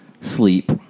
Sleep